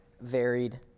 varied